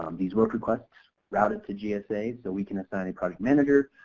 um these work requests routed to gsa so we can assign a project manager.